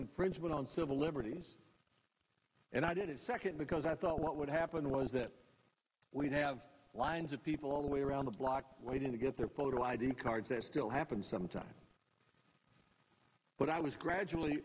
infringement on civil liberties and i did a second because i thought what would happen was that we'd have lines of people all the way around the block waiting i get their photo id cards it still happens sometimes but i was gradually